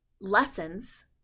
lessons